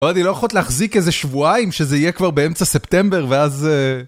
עוד אני לא יכול להחזיק איזה שבועיים שזה יהיה כבר באמצע ספטמבר ואז...